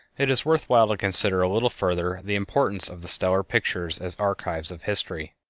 it is worth while to consider a little further the importance of the stellar pictures as archives of history.